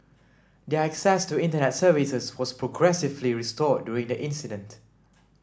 their access to internet services was progressively restored during the incident